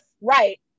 Right